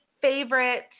favorite